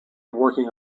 working